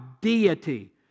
deity